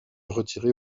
retirer